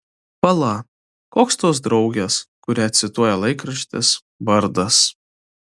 pala koks tos draugės kurią cituoja laikraštis vardas